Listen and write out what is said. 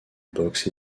boxe